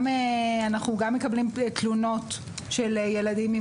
אנחנו גם מקבלים תלונות של ילדים עם